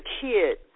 kid